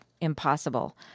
impossible